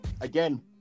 Again